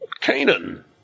Canaan